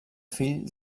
fill